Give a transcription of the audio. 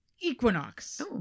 Equinox